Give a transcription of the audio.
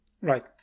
Right